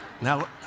now